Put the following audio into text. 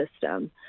system